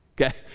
Okay